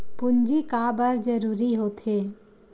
पूंजी का बार जरूरी हो थे?